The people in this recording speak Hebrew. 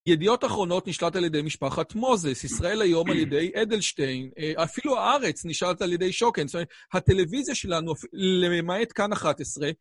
ידיעות אחרונות נשלטת על ידי משפחת מוזס, ישראל היום על ידי אדלשטיין, אפילו הארץ נשלטה על ידי שוקן, זאת אומרת, הטלוויזיה שלנו, למעט כאן 11...